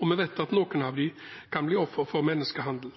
Vi vet at noen av dem kan bli ofre for menneskehandel.